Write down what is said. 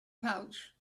pouch